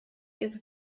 jest